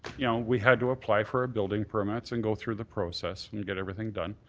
you know, we had to apply for a building permit so and go through the process and get everything done.